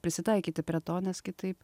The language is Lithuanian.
prisitaikyti prie to nes kitaip